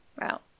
route